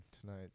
tonight